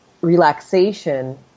relaxation